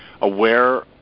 aware